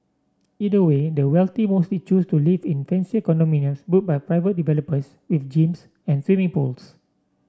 either way the wealthy mostly choose to live in fancier condominiums built by private developers with gyms and swimming pools